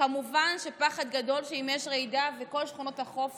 וכמובן שיש פחד גדול שאם יש רעידה, כל שכונות החוף